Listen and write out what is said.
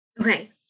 Okay